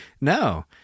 No